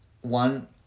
one